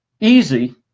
easy